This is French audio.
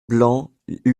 blanc